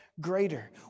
greater